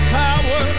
power